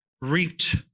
reaped